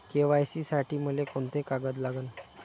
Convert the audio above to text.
KYC साठी मले कोंते कागद लागन?